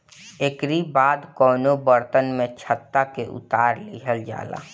एकरी बाद कवनो बर्तन में छत्ता के उतार लिहल जाला